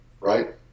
Right